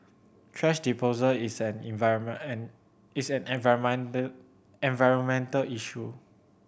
thrash disposal is an is an environmental environmental issue